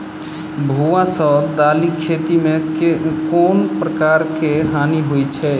भुआ सँ दालि खेती मे केँ प्रकार केँ हानि होइ अछि?